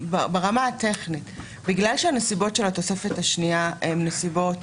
ברמה הטכנית, הנסיבות של התוספת השנייה הן נסיבות